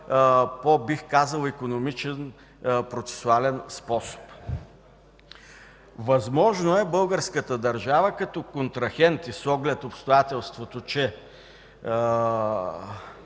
бих казал, по-икономичен процесуален способ. Възможно е българската държава като контрагент и с оглед обстоятелството, че